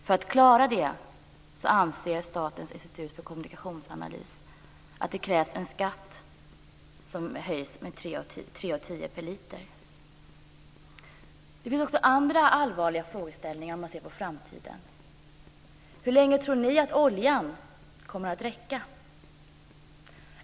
För att klara detta anser Statens institut för kommunikationsanalys att det krävs en skattehöjning med 3:10 Det finns också andra allvarliga frågeställningar om man ser på framtiden. Hur länge tror ni att oljan kommer att räcka?